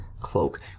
cloak